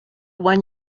one